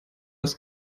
ist